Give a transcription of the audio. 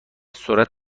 سرعت